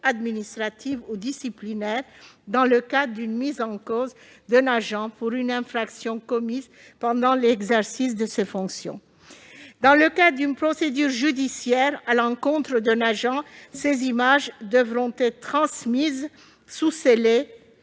administratives ou disciplinaires dans le cadre d'une mise en cause d'un agent pour une infraction commise pendant l'exercice de ses fonctions. Dans le cadre d'une procédure judiciaire à l'encontre d'un agent, ces images devront être transmises sous scellé